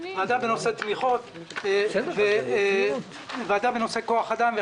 ועדה בנושא תמיכות וועדה בנושא כוח אדם.